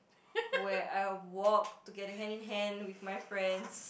where I walked together hand in hand with my friends